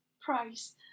price